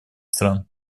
стран